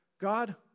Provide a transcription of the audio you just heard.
God